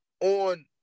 On